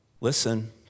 listen